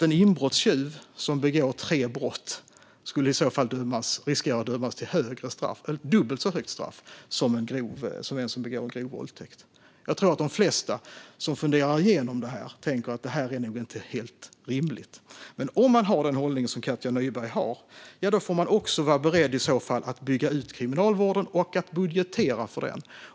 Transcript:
En inbrottstjuv som begår tre brott skulle alltså riskera att dömas till ett nästan dubbelt så högt straff som en som begått en grov våldtäkt. Jag tror att de flesta som funderar igenom detta tänker att detta inte är helt rimligt. Men om man har den hållning som Katja Nyberg har måste man också vara beredd att bygga ut kriminalvården och att budgetera för det.